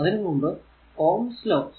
അതിനു മുമ്പ് ohm's law ohm's law